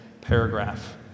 paragraph